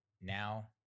now